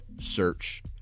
search